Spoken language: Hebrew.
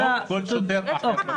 כמו כל שוטר אחר.